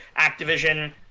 Activision